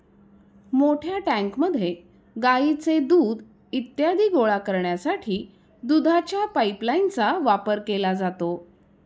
मोठ्या टँकमध्ये गाईचे दूध इत्यादी गोळा करण्यासाठी दुधाच्या पाइपलाइनचा वापर केला जातो